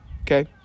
okay